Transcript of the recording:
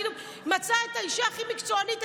היא מצאה את האישה הכי מקצוענית,